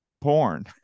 porn